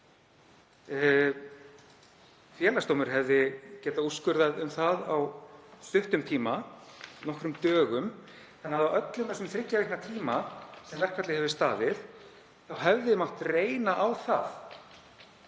Félagsdómur hefði getað úrskurðað um það á stuttum tíma, nokkrum dögum, þannig að á öllum þessum þriggja vikna tíma sem verkfallið hefur staðið hefði mátt láta reyna á það